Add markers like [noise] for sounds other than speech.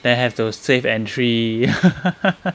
then have to safe entry [laughs]